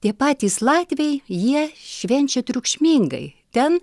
tie patys latviai jie švenčia triukšmingai ten